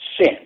sin